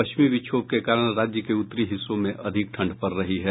पश्चिमी विक्षोभ के कारण राज्य के उत्तरी हिस्सों में अधिक ठंड पड़ रही है